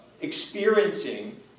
experiencing